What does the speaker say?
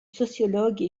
sociologue